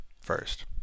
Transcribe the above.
first